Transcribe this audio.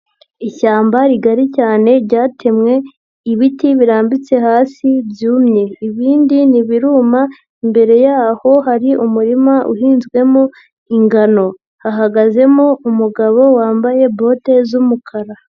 Ishyamba rigari cyane ryatemwe ibiti birambitse hasi byumye, ibindi ntibiruma imbere yaho hari umurima uhinzwemo ingano hahagazemo umugabo wambaye bote z'umukara.